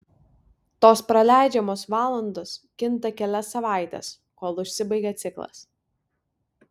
tos praleidžiamos valandos kinta kelias savaites kol užsibaigia ciklas